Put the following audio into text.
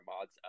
mods